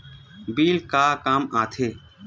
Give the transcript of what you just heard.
Bill का काम आ थे?